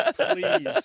Please